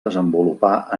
desenvolupar